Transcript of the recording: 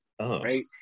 right